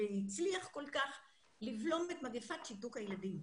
זה הצליח כל כך לבלום את מגיפת שיתוק הילדים.